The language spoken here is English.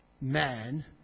man